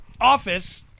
office